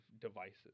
devices